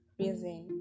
reason